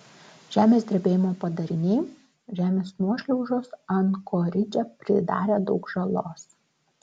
žemės drebėjimo padariniai žemės nuošliaužos ankoridže pridarė daug žalos